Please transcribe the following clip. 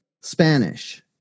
Spanish